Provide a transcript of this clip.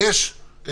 את